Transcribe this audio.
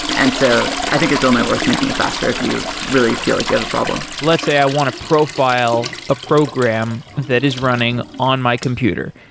and so i think it's only worth making it faster if you really feel like you have a problem. let's say i want to profile a program that is running on my computer.